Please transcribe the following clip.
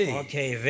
okay